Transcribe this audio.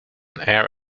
air